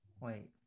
Wait